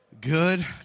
Good